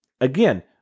again